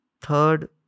Third